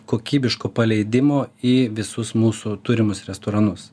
kokybiško paleidimo į visus mūsų turimus restoranus